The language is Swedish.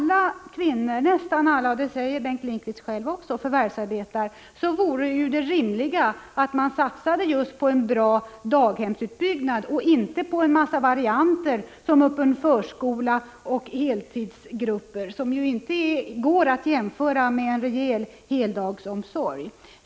Men eftersom nästan alla kvinnor förvärvsarbetar — det säger också Bengt Lindqvist — vore det rimliga 33 att satsa på en bra daghemsutbyggnad och inte på en massa varianter som öppen förskola och deltidsgrupper, som inte går att jämföra med heldagsomsorg.